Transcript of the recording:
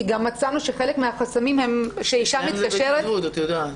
כי גם מצאנו שחלק המחסמים הם שכשאישה מתקשרת ------ את יודעת.